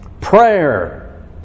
prayer